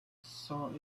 say